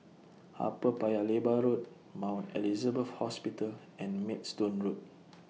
Upper Paya Lebar Road Mount Elizabeth Hospital and Maidstone Road